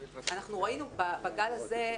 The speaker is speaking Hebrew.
אנחנו ראינו בגל הזה,